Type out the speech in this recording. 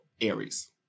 Aries